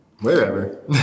Wherever